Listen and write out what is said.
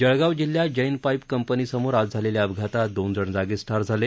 जळगाव जिल्ह्यात Jain pipe company समोर आज झालेल्या अपघातात दोनजण जागीच ठार झाले